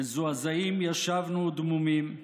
מזועזעים ישבנו ודמומים.